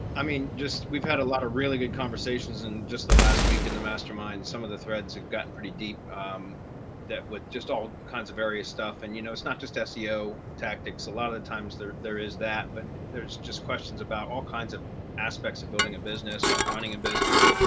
i mean, just we've had a lot of really good conversations in just the last week in the mastermind, some of the threads have gotten pretty deep that with just all kinds of various stuff. and you know, it's not just seo tactics, a lot of times there there is that but there's just questions about all kinds of aspects of building a business, running a business,